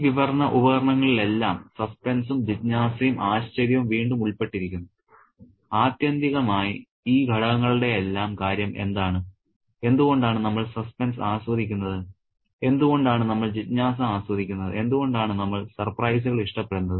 ഈ വിവരണ ഉപകരണങ്ങളിലെല്ലാം സസ്പെൻസും ജിജ്ഞാസയും ആശ്ചര്യവും വീണ്ടും ഉൾപ്പെട്ടിരിക്കുന്നു ആത്യന്തികമായി ഈ ഘടകങ്ങളുടെയെല്ലാം കാര്യം എന്താണ് എന്തുകൊണ്ടാണ് നമ്മൾ സസ്പെൻസ് ആസ്വദിക്കുന്നത് എന്തുകൊണ്ടാണ് നമ്മൾ ജിജ്ഞാസ ആസ്വദിക്കുന്നത് എന്തുകൊണ്ടാണ് നമ്മൾ സർപ്രൈസുകൾ ഇഷ്ടപ്പെടുന്നത്